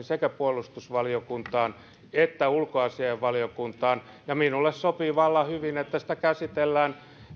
sekä puolustusvaliokuntaan että ulkoasiainvaliokuntaan ja minulle sopii vallan hyvin että sitä käsitellään